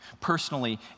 personally